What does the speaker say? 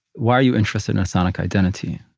why are you interested in a sonic identity?